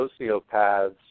sociopaths